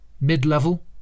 Mid-level